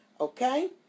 Okay